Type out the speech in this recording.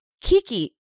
Kiki